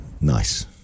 Nice